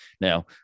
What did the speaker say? Now